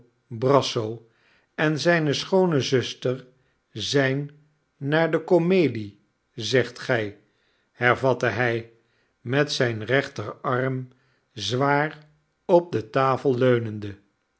brasso en zijne schoone zuster zijn naar de komedie zegt gij hervatte hij met zijn rechterarm zwaar op de tafel leunende